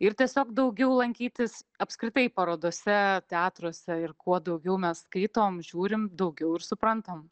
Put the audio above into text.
ir tiesiog daugiau lankytis apskritai parodose teatruose ir kuo daugiau mes skaitom žiūrim daugiau ir suprantam